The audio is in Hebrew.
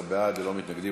12 בעד, ללא מתנגדים.